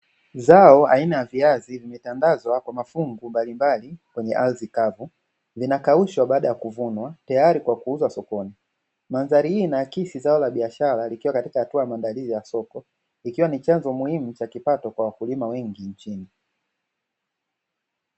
Zao aina ya viazi vimetandazwa kwa mafungu mbalimbali kwenye ardhi kavu, vinakaushwa baada ya kuvunwa, tayari kwa kuuzwa sokoni mandhari hii ina akisi zao la biashara likiwa katika hatua ya maandalizi ya soko ikiwa ni chanzo muhimu cha kipato kwa wakulima wengi nchini.